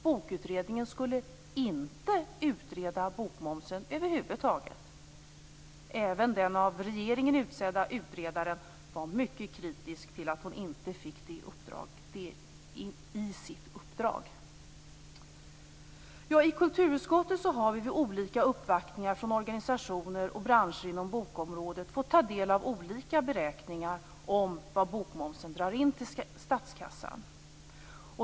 Bokutredningen skulle inte utreda bokmomsen över huvud taget. Även den av regeringen utsedda utredaren var mycket kritisk till att hon inte fick det i sitt uppdrag. I kulturutskottet har vi vid olika uppvaktningar från organisationer och branscher inom bokområdet fått ta del av olika beräkningar om vad bokmomsen drar in till statskassan.